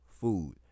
food